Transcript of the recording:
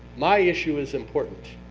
my issue is important.